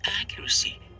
accuracy